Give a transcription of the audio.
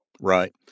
Right